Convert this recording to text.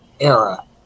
era